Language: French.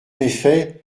effet